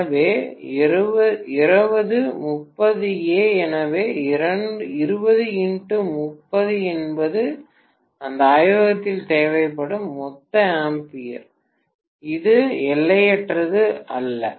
எனவே 20 30 ஏ எனவே 20x30 என்பது இந்த ஆய்வகத்தில் தேவைப்படும் மொத்த ஆம்பியர் இது எல்லையற்றது அல்ல